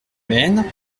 maine